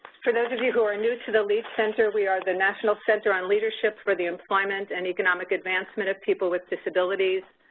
for those of you who are new to the lead center, we are the national center on leadership for the employment and economic advancement of people with disabilities.